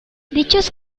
dichos